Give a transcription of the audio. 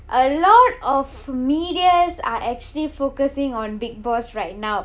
a lot of medias are actually focusing on bigg boss right now